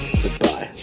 goodbye